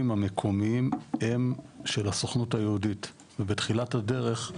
המקומיים הם של הסוכנות היהודית ובתחילת הדרך,